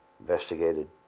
investigated